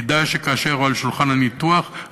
ידע שכאשר הוא על שולחן הניתוחים,